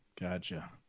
Gotcha